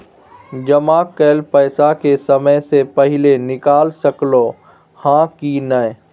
जमा कैल पैसा के समय से पहिले निकाल सकलौं ह की नय?